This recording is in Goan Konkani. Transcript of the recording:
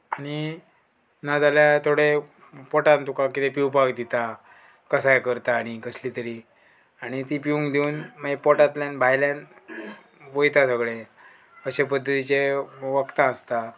आनी नाजाल्या थोडे पोटान तुका कितें पिवपाक दिता कसाय करता आनी कसली तरी आणी ती पिवंक दिवन मागीर पोटांतल्यान भायल्यान वयता सगळें अशे पद्दतीचे वखदां आसता